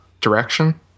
direction